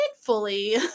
fully